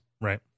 Right